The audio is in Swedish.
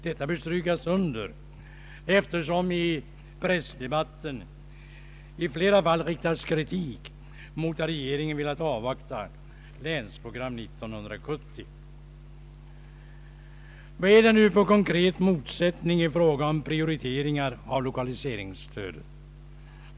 Detta bör understrykas eftersom i tidningsdebatten i flera fall riktats kritik mot att regeringen velat avvakta Länsprogram 1970. Vad är det nu för konkret motsättning i fråga om prioriteringar av lokaliseringsstödet?